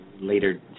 later